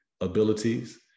abilities